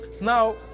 Now